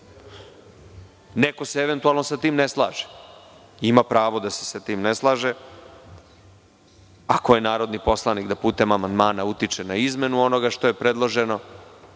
Neko se eventualno sa tim ne slaže. Ima pravo da se sa tim ne slaže. Ako je narodni poslanik da putem amandmana utiče na izmenu onoga što je predloženo